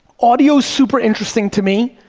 audio's super interesting to me.